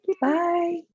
bye